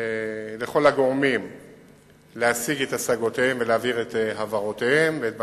לכל הגורמים להשיג את השגותיהם ולהבהיר את הבהרותיהם ואת בקשותיהם,